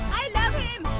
i love him!